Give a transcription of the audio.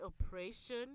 operation